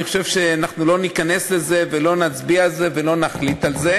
אני חושב שאנחנו לא ניכנס לזה ולא נצביע על זה ולא נחליט על זה,